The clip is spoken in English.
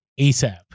asap